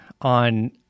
on